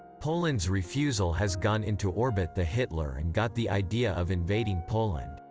poland's refusal has gone into orbit the hitler and got the idea of invading poland.